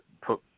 put